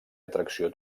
atracció